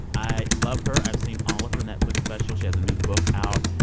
i love her. i've seen all of her netflix specials. she has a new book out.